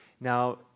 Now